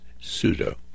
pseudo